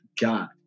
God